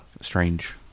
strange